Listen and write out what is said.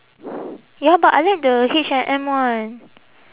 ya but I like the H&M one